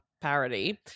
parody